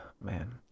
man